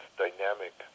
dynamic